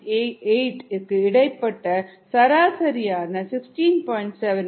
8 க்கு இடைப்பட்ட சராசரியான 16